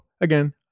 again